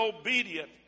obedient